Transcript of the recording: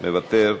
מוותר,